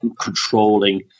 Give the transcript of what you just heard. controlling